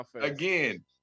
Again